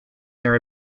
their